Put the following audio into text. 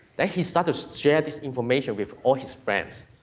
then he starts to share this information with all his friends,